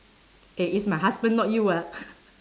eh is my husband not you ah